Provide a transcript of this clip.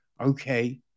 okay